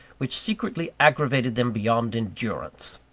which secretly aggravated them beyond endurance.